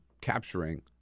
capturing